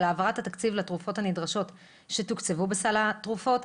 העברת התקציב לתרופות הנדרשות שתוקצבו בסל התרופות,